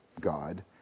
God